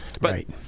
Right